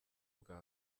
bwa